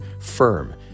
firm